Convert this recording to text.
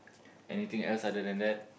anything else other than that